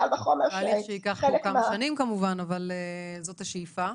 תהליך שייקח כמה שנים כמובן, אבל זאת השאיפה.